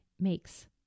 makes